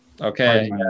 Okay